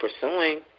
pursuing